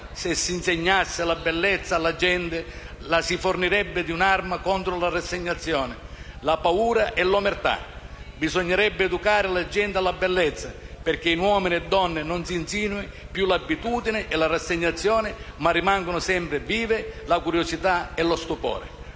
«Se si insegnasse la bellezza alla gente, la si fornirebbe di un'arma contro la rassegnazione, la paura e l'omertà. (...) È per questo che bisognerebbe educare la gente alla bellezza: perché in uomini e donne non si insinui più l'abitudine e la rassegnazione, ma rimangano sempre vivi la curiosità e lo stupore».